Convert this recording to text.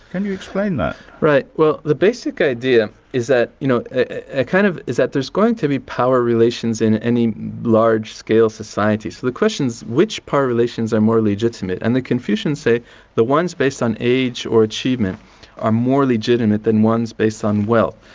can you explain that? right. well the basic idea is that you know ah kind of is that there's going to be power relations in any large-scale society. so the question is which power relations are more legitimate? and the confucians say the ones based on age or achievement are more legitimate than ones based on wealth.